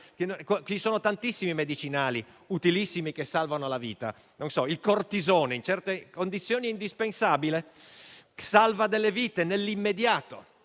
Ci sono tantissimi medicinali utilissimi che salvano la vita: ad esempio, il cortisone in certe condizioni è indispensabile e salva delle vite nell'immediato.